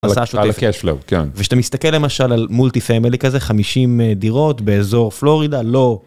עושה ל cash load, כן. וכשאתה מסתכל למשל על מולטי פמילי כזה, 50 דירות באזור פלורידה, לא.